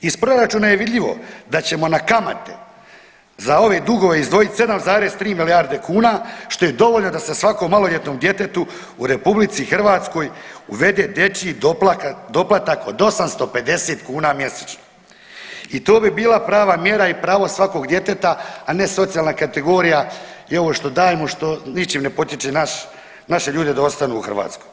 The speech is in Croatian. Iz proračuna je vidljivo da ćemo na kamate za ove dugove izdvojiti 7,3 milijarde kuna što je dovoljno da se svakom maloljetnom djetetu u Republici Hrvatskoj uvede dječji doplatak od 850 kuna mjesečno i to bi bila prava mjera i pravo svakog djeteta, a ne socijalna kategorija i ovo što dajemo što ničim ne potiče naše ljude da ostanu u Hrvatskoj.